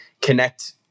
connect